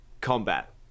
combat